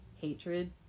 hatred